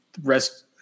rest